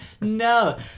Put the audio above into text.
No